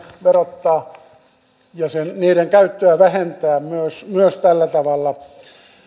verottaa ja niiden käyttöä vähentää myös tällä tavalla